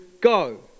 go